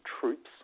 troops